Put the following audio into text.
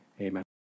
Amen